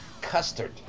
custard